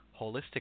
holistic